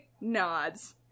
nods